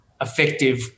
effective